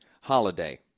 holiday